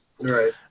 Right